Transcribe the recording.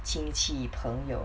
亲戚朋友